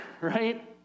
Right